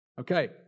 Okay